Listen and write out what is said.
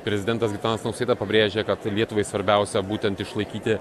prezidentas gitanas nausėda pabrėžia kad lietuvai svarbiausia būtent išlaikyti